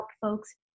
folks